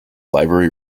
library